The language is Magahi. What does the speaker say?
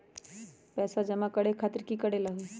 पैसा जमा करे खातीर की करेला होई?